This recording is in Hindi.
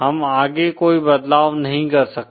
हम आगे कोई बदलाव नहीं कर सकते